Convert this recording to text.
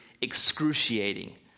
excruciating